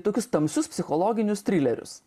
tokius tamsius psichologinius trilerius